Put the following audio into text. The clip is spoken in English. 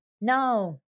no